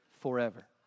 forever